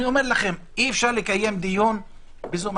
אני אומר לכם: אי-אפשר לקיים דיון בזום.